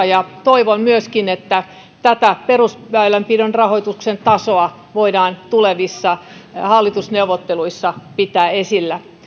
ja toivon myöskin että tätä perusväylänpidon rahoituksen tasoa voidaan tulevissa hallitusneuvotteluissa pitää esillä